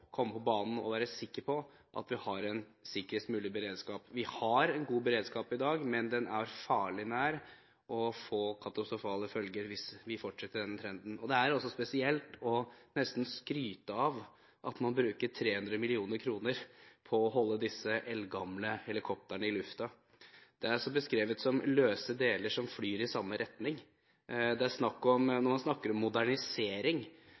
på at vi må komme på banen og være sikker på at vi har en sikrest mulig beredskap. Vi har en god beredskap i dag, men den er farlig nær å få katastrofale følger hvis vi fortsetter denne trenden. Det er også spesielt nesten å skryte av at man bruker ca. 300 mill. kr på å holde disse eldgamle helikoptrene i lufta. Det er beskrevet som løse deler som flyr i samme retning. Det er snakk om, når man snakker om modernisering,